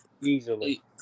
Easily